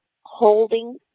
holding